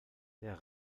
der